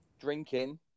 drinking